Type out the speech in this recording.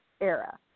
era